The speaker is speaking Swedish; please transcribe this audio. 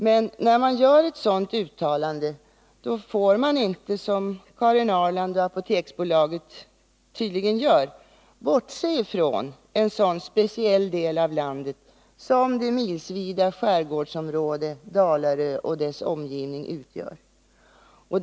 Men när man gör ett sådant uttalande får man inte bortse från en så speciell del av landet som det milsvida skärgårdsområde Dalarö och dess omgivning utgör, vilket tydligen Karin Ahrland och Apoteksbolaget gör.